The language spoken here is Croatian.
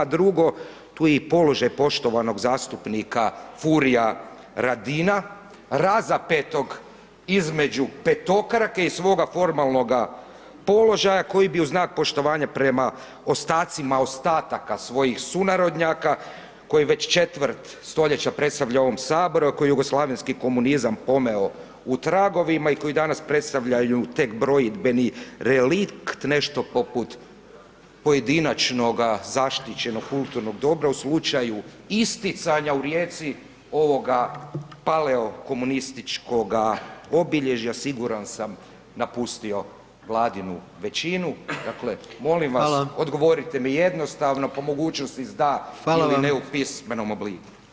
Drugo, tu je i položaj poštovanog zastupnika Furia Radina razapetog između petokrake i svoga formalnoga položaja koji bi u znak poštovanja prema ostacima ostataka svojih sunarodnjaka koji već četvrt stoljeća predstavlja u ovom Saboru, a koji je jugoslavenski komunizam pomeo u tragovima i koji danas predstavljaju tek brojidbeni relikt, nešto poput pojedinačnog zaštićenog kulturnog dobra u slučaju isticanja u Rijeci ovoga paleokomunistočkoga obilježja, siguran sam, napustio Vladinu većinu, dakle, molim vas, [[Upadica predsjednik: Hvala.]] odgovorite mi jednostavno, po mogućnosti s da ili ne u pismenom obliku.